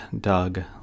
Doug